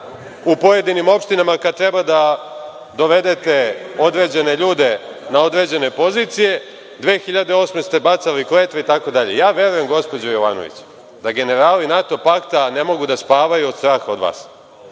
u pojedinim opštinama kada treba da dovedete određene ljude na određene pozicije, a 2008. godine ste bacali kletve, itd? Verujem, gospođo Jovanović, da generali NATO pakta ne mogu da spavaju od straha od vas,